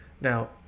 Now